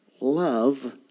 love